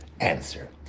answer